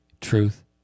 truth